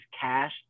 cash